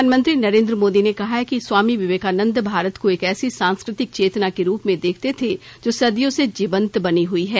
प्रधानमंत्री नरेन्द्र मोदी ने कहा है कि स्वामी विवेकानंद भारत को एक ऐसी सांस्कृतिक चेतना के रूप में देखते थे जो सदियों से जीवंत बनी हई है